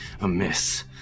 amiss